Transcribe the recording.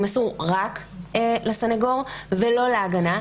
יימסרו רק לסניגור ולא להגנה.